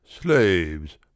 slaves